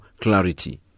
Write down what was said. clarity